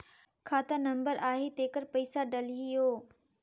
खाता नंबर आही तेकर पइसा डलहीओ?